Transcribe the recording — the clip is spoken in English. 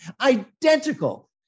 Identical